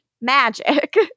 magic